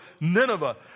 Nineveh